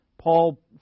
Paul